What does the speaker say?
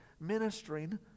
ministering